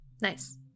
nice